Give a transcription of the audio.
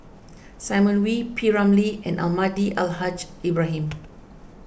Simon Wee P Ramlee and Almahdi Al Haj Ibrahim